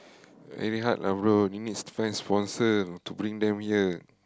very hard lah bro you needs to find sponsor to bring them here